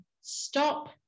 stop